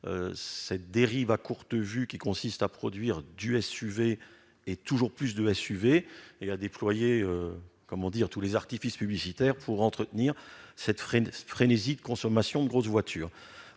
cette dérive à courte vue qui consiste à produire du SUV, toujours plus de SUV, et à déployer tous les artifices publicitaires pour entretenir cette frénésie de consommation de grosses voitures.